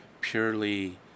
purely